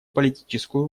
политическую